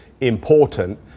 important